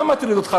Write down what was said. מה מטריד אותך,